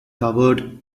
covered